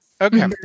okay